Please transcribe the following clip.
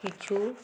কিছু